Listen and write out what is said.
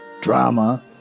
drama